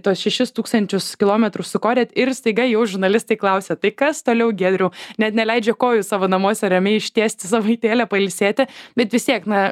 tuos šešis tūkstančius kilometrų sukorėt ir staiga jau žurnalistai klausia tai kas toliau giedriau net neleidžia kojų savo namuose ramiai ištiesti savaitėlę pailsėti bet vis tiek na